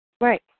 Right